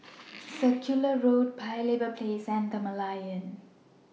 Circular Road Paya Lebar Place and The Merlion